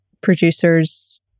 producers